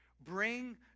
Bring